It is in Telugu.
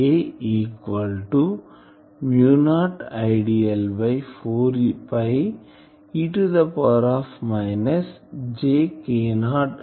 A equal to mu naught Idl by 4 e power minus jKor by r into Az